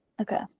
Okay